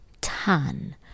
tan